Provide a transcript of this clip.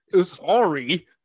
Sorry